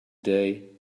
day